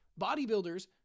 Bodybuilders